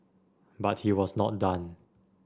but he was not done